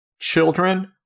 children